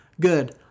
good